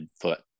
foot